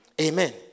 Amen